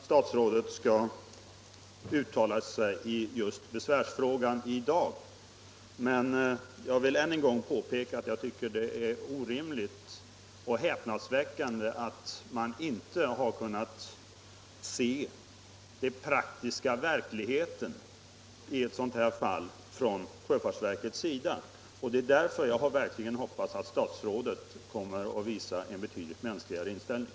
Herr talman! Jag har inte väntat mig att statsrådet skall uttala sig i besvärsfrågan i dag. Men jag vill än en gång påpeka att jag tycker det är orimligt och häpnadsväckande att sjöfartsverket i ett sådant här fall inte har kunnat se till den praktiska verkligheten. Jag hoppas därför att statsrådet kommer att visa en betydligt mänskligare inställning.